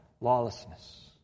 lawlessness